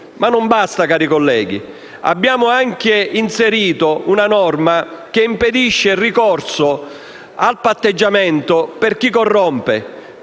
Ma non basta, cari colleghi. Abbiamo anche inserito una norma che impedisce il ricorso al patteggiamento per chi corrompe.